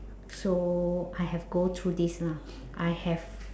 so I have go through this lah I have